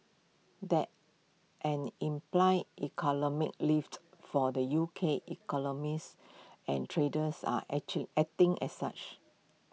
that's an implied economic lift for the U K economies and traders are acting as such